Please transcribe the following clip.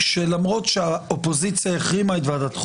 שלמרות שהאופוזיציה החרימה את ועדת החוקה,